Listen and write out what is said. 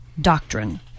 doctrine